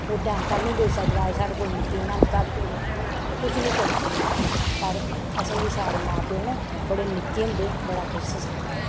ओह् टांका बी नेईं देई सकदा अज्ज स्हाड़े कोल मशीनां न सब कुश ऐ ओह् कुछ नी करी सकदे पर असेंगी स्हाड़े मां प्यौ ने बड़े निक्के होंदे बड़ा किश सखाया